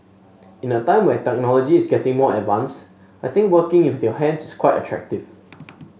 in a time where technology is getting more advanced I think working with your hands is quite attractive